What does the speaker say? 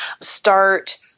start